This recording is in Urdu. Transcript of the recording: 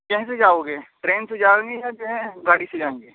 کاہے سے جاؤ گے ٹرین سے جاؤ گے یا جو ہے گاڑی سے جائیں گے